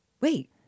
wait